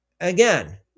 again